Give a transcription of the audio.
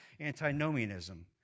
antinomianism